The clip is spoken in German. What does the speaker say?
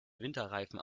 winterreifen